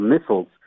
missiles